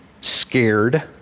scared